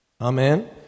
Amen